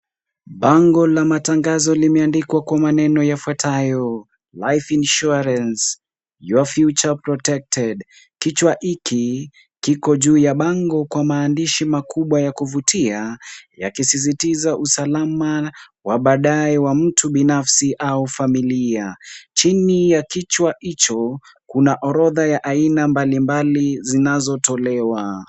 Bango la matangazo limeandikwa kwa maneno yafuatayo: Life Insurance, your future protected .kichwa hiki, kiko juu ya bango kwa maandishi makubwa ya kuvutia, yasizidiza usalama wa baadaye wa mtu binafsi au familia, chini ya kichwa hicho kuna orodha ya aina mbalimbali zinazotolewa.